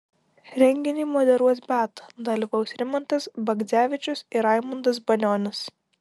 renginį moderuos beata dalyvaus rimantas bagdzevičius ir raimundas banionis